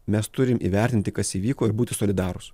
mes turim įvertinti kas įvyko ir būti solidarūs